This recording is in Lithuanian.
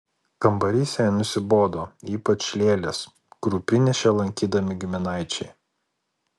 kambarys jai nusibodo ypač lėlės kurių prinešė lankydami giminaičiai